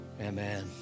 Amen